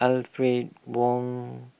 Alfred Wong